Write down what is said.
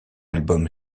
album